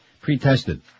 pre-tested